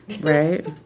Right